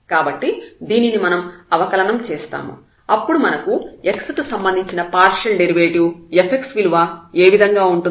కాబట్టి దీనిని మనం అవకలనం చేస్తాము అప్పుడు మనకు x కి సంబంధించిన పార్షియల్ డెరివేటివ్ fx విలువ ఈ విధంగా ఉంటుంది